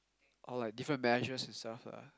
oh like different measures and stuff lah